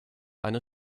eine